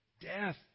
death